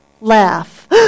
laugh